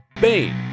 Bane